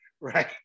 right